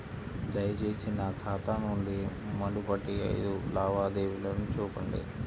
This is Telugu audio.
దయచేసి నా ఖాతా నుండి మునుపటి ఐదు లావాదేవీలను చూపండి